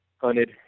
hunted